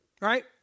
Right